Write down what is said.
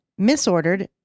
misordered